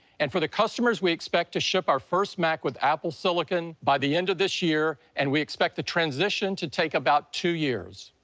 and for the customers, we expect to ship our first mac with apple silicon by the end of this year, and we expect the transition to take about two years.